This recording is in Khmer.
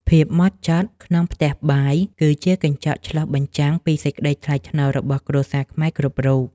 ភាពហ្មត់ចត់ក្នុងផ្ទះបាយ គឺជាកញ្ចក់ឆ្លុះបញ្ចាំងពីសេចក្តីថ្លៃថ្នូររបស់គ្រួសារខ្មែរគ្រប់រូប។